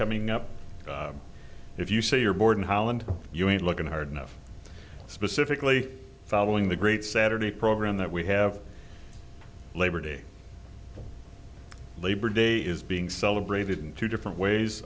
coming up if you say you're bored in holland you ain't looking hard enough specifically following the great saturday program that we have labor day labor day is being celebrated in two different ways